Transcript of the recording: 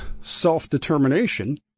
self-determination